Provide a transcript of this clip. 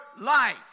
life